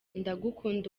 ndagukunda